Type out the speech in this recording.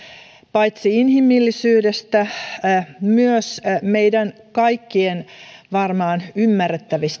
paitsi inhimillisyydestä myös meidän kaikkien varmaan ymmärrettävästi